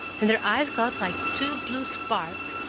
and her eyes got like two blue sparks,